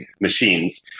machines